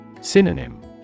Synonym